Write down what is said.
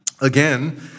again